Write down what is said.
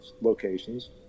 locations